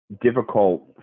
difficult